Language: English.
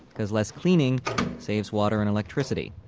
because less cleaning saves water and electricity.